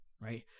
right